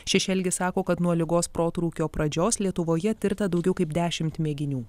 šešelgis sako kad nuo ligos protrūkio pradžios lietuvoje tirta daugiau kaip dešimt mėginių